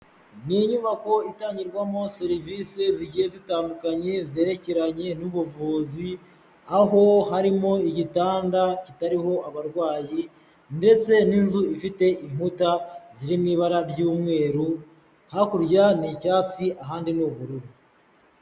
Inyubako itangirwamo serivisi zigiye zitandukanye zerekeranye n'ubuvuzi, aho harimo igitanda kitariho abarwayi ndetse n'inzu ifite inkuta ziri mu ibara ry'umweru, hakurya ni icyatsi ahandi ni ubururu.